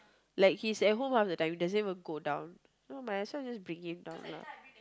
like he's at home half the time he doesn't even go down so might as well just bring him down now